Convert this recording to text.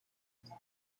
misma